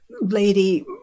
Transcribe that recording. lady